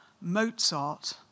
Mozart